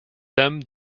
dame